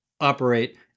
operate